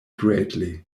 greatly